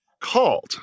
called